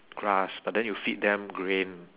grass but then you feed them grain